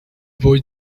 boy